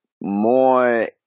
more